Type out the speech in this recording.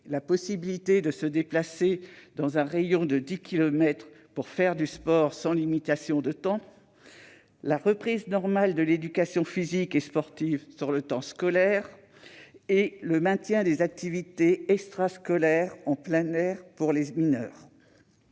la possibilité de se déplacer dans un rayon de 10 kilomètres pour faire du sport, sans limitation de temps, la reprise normale de l'éducation physique et sportive sur le temps scolaire, ainsi que le maintien des activités extrascolaires en plein air pour les mineurs.